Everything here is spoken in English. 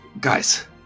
guys